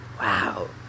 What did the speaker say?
Wow